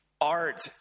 Art